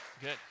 Good